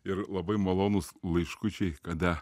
ir labai malonūs laiškučiai kada